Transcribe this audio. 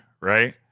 right